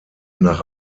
nach